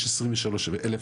יש 23,000 כאלה,